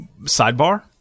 sidebar